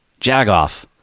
Jagoff